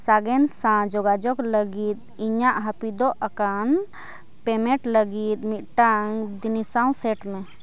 ᱥᱟᱜᱮᱱ ᱥᱟᱶ ᱡᱳᱜᱟᱡᱳᱜᱽ ᱞᱟᱹᱜᱤᱫ ᱤᱧᱟᱹᱜ ᱦᱟᱹᱯᱤᱫᱚᱜ ᱟᱠᱟᱱ ᱯᱮᱢᱮᱴ ᱞᱟᱹᱜᱤᱫ ᱢᱤᱫᱴᱟᱝ ᱫᱤᱱᱤᱥᱟᱶ ᱥᱮᱴᱢᱮ